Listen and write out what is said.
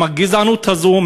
עם הגזענות הזאת,